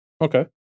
Okay